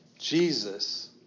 Jesus